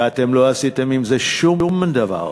ולא עשיתם עם זה שום דבר.